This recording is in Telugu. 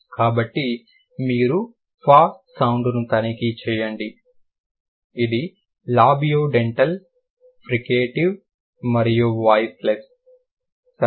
కాబట్టి మీరు ఫ సౌండ్ని తనిఖీ చేయండి ఇది లాబియోడెంటల్ ఫ్రికేటివ్ మరియు వాయిస్లెస్ సరేనా